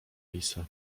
lisa